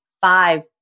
five